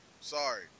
Sorry